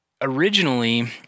Originally